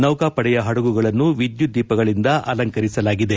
ನೌಕಾಪಡೆಯ ಪಡಗುಗಳನ್ನು ವಿದ್ಯುತ್ ದೀಪಗಳಂದ ಅಲಂಕರಿಸಲಾಗಿದೆ